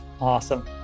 Awesome